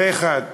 זה, אחד.